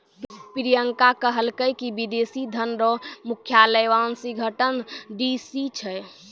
प्रियंका कहलकै की विदेशी धन रो मुख्यालय वाशिंगटन डी.सी छै